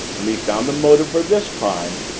when we've found the motive for this crime,